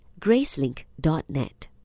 gracelink.net